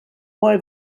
why